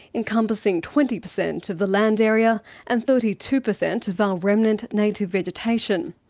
encompassing twenty percent of the land area and thirty two percent of our remnant native vegetation.